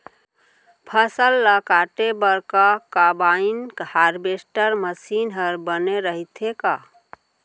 फसल ल काटे बर का कंबाइन हारवेस्टर मशीन ह बने रइथे का?